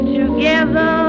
together